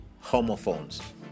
homophones